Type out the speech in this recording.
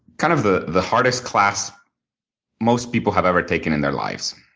kind of the the hardest class most people have ever taken in their lives.